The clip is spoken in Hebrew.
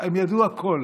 הם ידעו הכול.